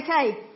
Okay